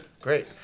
great